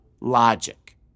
logic